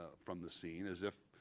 ah from the scene as if,